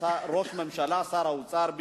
בנימין נתניהו, ראש הממשלה, שר האוצר.